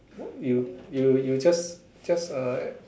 what you you you just just uh